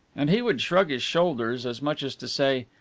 and he would shrug his shoulders as much as to say,